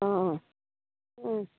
অঁ অঁ